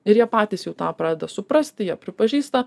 ir jie patys jau tą pradeda suprasti jie pripažįsta